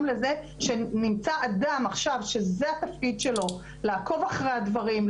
לזה שנמצא אדם עכשיו שזה התפקיד שלו לעקוב אחרי הדברים,